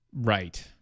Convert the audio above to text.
Right